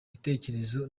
bitekerezo